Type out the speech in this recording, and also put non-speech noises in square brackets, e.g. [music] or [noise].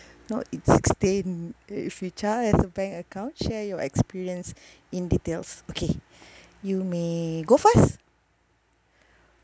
not age sixteen uh if your child has a bank account share your experience [breath] in details okay [breath] you may go first